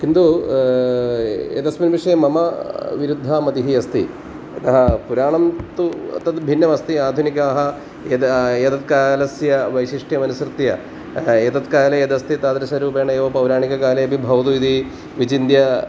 किन्तु एतस्मिन् विषये मम विरुद्धा मतिः अस्ति यतः पुराणं तु तद्भिन्नमस्ति आधुनिकाः यत् एतत्कालस्य वैशिष्ट्यम् अनुसृत्य एतत्काले यदस्ति तादृशरूपेण एव पौराणिककाले अपि भवतु इति विचिन्त्य